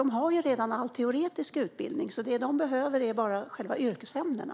De har ju redan all teoretisk utbildning, så det de behöver är bara själva yrkesämnena.